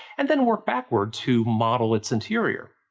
and then work backwards to model its interior.